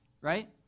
right